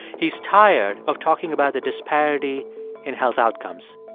he's tired of talking about the disparity in health outcomes.